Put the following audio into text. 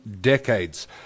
decades